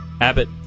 Abbott